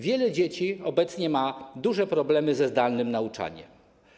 Wiele dzieci obecnie ma duże problemy ze zdalnym nauczaniem.